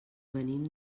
venim